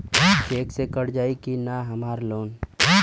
Check से cut जाई की ना हमार लोन?